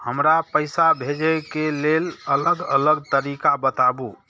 हमरा पैसा भेजै के लेल अलग अलग तरीका बताबु?